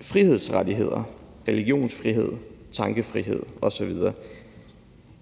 frihedsrettigheder, religionsfrihed, tankefrihed osv.